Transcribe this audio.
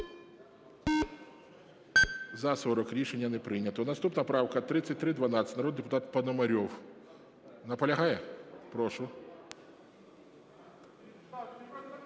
За-40 Рішення не прийнято. Наступна правка 3312, народний депутат Пономарьов. Наполягає? Прошу.